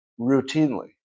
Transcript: Routinely